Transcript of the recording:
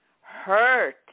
hurt